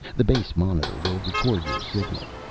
the base monitor will record your signal.